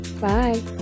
bye